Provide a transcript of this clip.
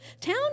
town